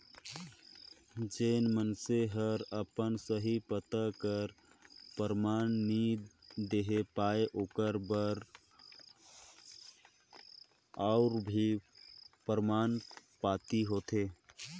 जेन मइनसे हर अपन सही पता कर परमान नी देहे पाए ओकर बर अउ भी परमान पाती होथे